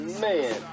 man